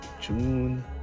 June